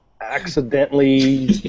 accidentally